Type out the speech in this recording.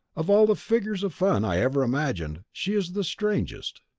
of all the figures of fun i ever imagined, she is the strangest.